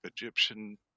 Egyptian